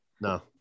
No